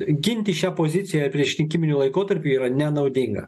ginti šią poziciją priešrinkiminiu laikotarpiu yra nenaudinga